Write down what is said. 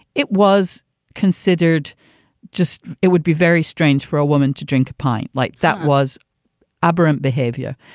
it was considered just it would be very strange for a woman to drink a pint like that was aberrant behavior.